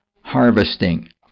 harvesting